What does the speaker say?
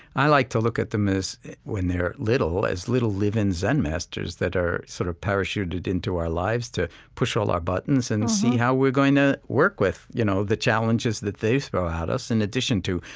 i like to look at them as when they're little as little living zen masters that are sort of parachuted into our lives to push all our buttons and see how we're going to work with you know the challenges they throw at us in addition to,